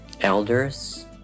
elders